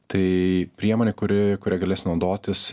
tai priemonė kuri kuria galės naudotis